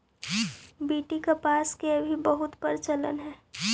BT कपास के अभी बहुत प्रचलन हई